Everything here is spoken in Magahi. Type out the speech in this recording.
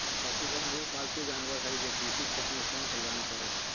पशुधन उ पालतू जानवर हइ जे कृषि क्षेत्र में श्रम प्रदान करो हइ